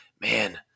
Man